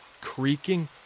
creaking